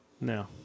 no